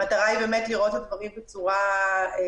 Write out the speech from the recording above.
המטרה היא לראות את הדברים בצורה כוללת.